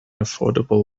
affordable